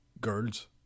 girls